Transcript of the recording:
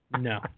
No